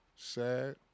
Sad